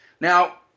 Now